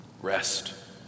Rest